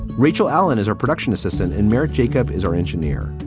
rachel allen is our production assistant in merrick. jacob is our engineer.